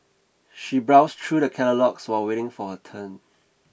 she browsed through the catalogues while waiting for her turn